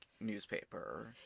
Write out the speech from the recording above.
newspaper